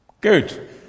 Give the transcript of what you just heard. Good